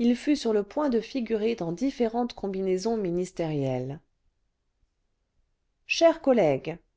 il fut sur le point de figurer dans différentes combinaisons ministérielles chers collègues